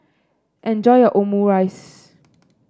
enjoy your Omurice